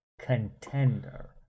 contender